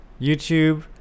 YouTube